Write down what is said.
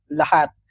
lahat